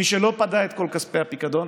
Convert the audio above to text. מי שלא פדו את כל כספי הפיקדון.